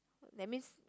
that means